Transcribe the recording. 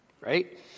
right